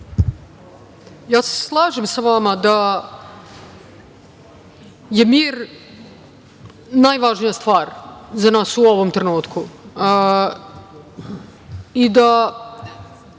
Ja se slažem sa vama da je mir najvažnija stvar za nas u ovom trenutku i da